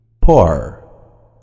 Poor